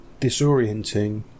disorienting